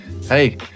hey